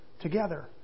together